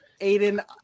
Aiden